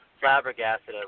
flabbergasted